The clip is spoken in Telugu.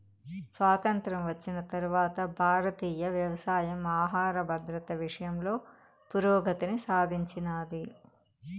స్వాతంత్ర్యం వచ్చిన తరవాత భారతీయ వ్యవసాయం ఆహర భద్రత విషయంలో పురోగతిని సాధించినాది